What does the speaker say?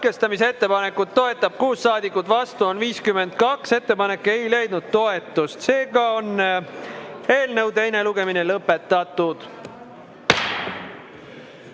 Katkestamise ettepanekut toetab 6 saadikut, vastu on 52. Ettepanek ei leidnud toetust. Eelnõu teine lugemine on lõpetatud.